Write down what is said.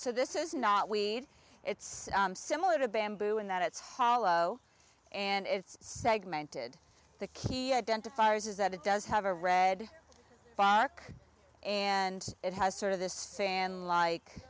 so this is not we it's similar to bamboo in that it's hollow and it's segmented the key identifiers is that it does have a red fark and it has sort of this sand like